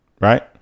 Right